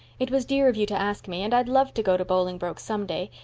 it was dear of you to ask me and i'd love to go to bolingbroke some day.